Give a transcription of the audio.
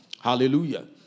Hallelujah